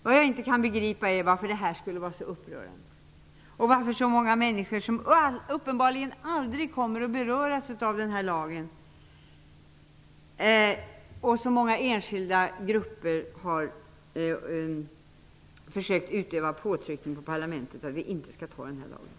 Jag kan inte begripa varför detta skulle vara så upprörande och varför så många människor och enskilda grupper -- som uppenbarligen aldrig kommer att beröras av denna lag -- har försökt utöva påtryckningar på parlamentet för att vi inte skall anta den här lagen.